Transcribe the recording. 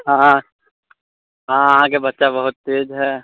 हँ हँ अहाँके बच्चा बहुत तेज हइ